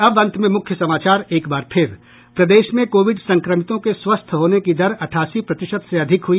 और अब अंत में मुख्य समाचार एक बार फिर प्रदेश में कोविड संक्रमितों के स्वस्थ होने की दर अठासी प्रतिशत से अधिक हुई